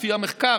לפי המחקר,